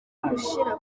gushira